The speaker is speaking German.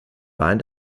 wein